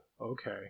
okay